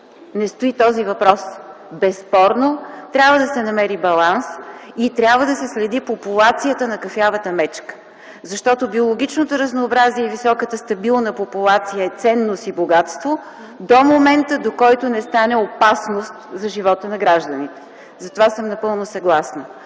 не стои. Безспорно трябва да се намери баланс и трябва да се следи популацията на кафявата мечка. Защото биологичното разнообразие и високата стабилна популация е ценност и богатство до момента, до който не стане опасност за живота на гражданите. В това съм напълно съгласна.